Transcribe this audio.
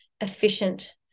efficient